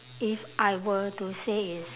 if I were to say is